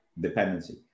dependency